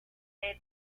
desde